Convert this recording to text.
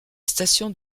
station